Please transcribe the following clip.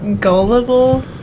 gullible